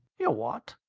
your what?